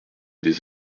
des